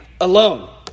alone